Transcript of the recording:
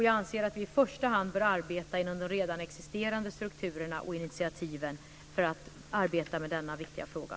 Jag anser att vi i första hand bör arbeta inom de redan existerande strukturerna och initiativen i denna viktiga fråga.